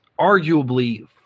arguably